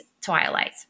twilight